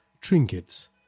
trinkets